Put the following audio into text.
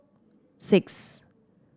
six